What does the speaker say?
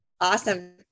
awesome